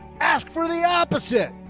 ask for the opposite.